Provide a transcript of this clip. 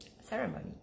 ceremony